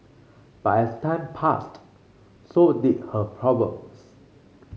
but as time passed so did her problems